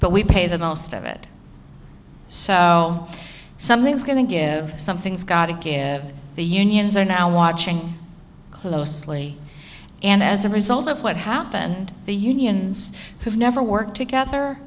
but we pay the most of it so something's going to give something's gotta give the unions are now watching closely and as a result of what happened the unions who've never worked together